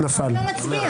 נפל.